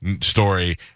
story